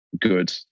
good